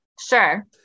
Sure